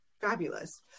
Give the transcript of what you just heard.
Fabulous